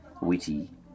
witty